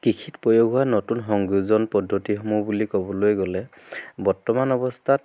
কৃষিত প্ৰয়োগ হোৱা নতুন সংযোজন পদ্ধতিসমূহ বুলি ক'বলৈ গ'লে বৰ্তমান অৱস্থাত